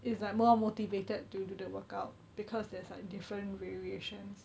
is like more motivated to do the workout because there's like different variations